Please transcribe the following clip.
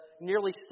nearly